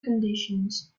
conditions